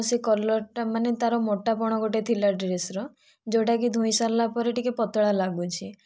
ଆଉ ସେ କଲରଟା ମାନେ ତା'ର ମୋଟା ପଣ ଗୋଟିଏ ଥିଲା ଡ୍ରେସ୍ର ଯେଉଁଟାକି ଧୋଇ ସାରିଲା ପରେ ଟିକିଏ ପତଳା ଲାଗୁଛି